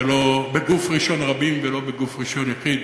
ולא בגוף ראשון רבים ולא בגוף ראשון יחיד.